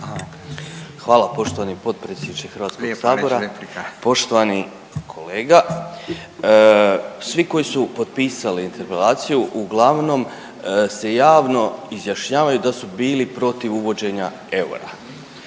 Hvala poštovani potpredsjedniče HS-a. Poštovani kolega. Svi koji su potpisali interpelaciju uglavnom se javno izjašnjavaju da su bili protiv uvođenja eura,